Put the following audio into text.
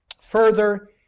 Further